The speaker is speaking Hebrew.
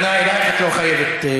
הוא פנה אלייך, את לא חייבת לענות.